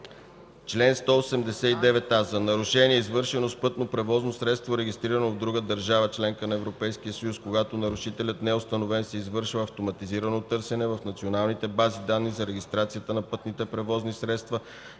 (1) За нарушение, извършено с пътно превозно средство, регистрирано в друга държава – членка на Европейския съюз, когато нарушителят не е установен, се извършва автоматизирано търсене в националните бази данни за регистрацията на пътни превозни средства